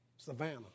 Savannah